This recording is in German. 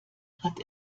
hat